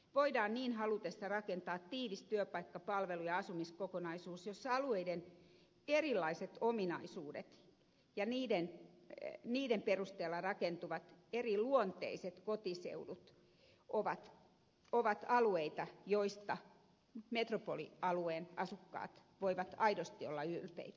voidaan niin haluttaessa rakentaa tiivis työpaikka palvelu ja asumiskokonaisuus jossa alueiden erilaiset ominaisuudet ja niiden perusteella rakentuvat eriluonteiset kotiseudut ovat asioita joista metropolialueen asukkaat voivat aidosti olla ylpeitä